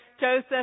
Joseph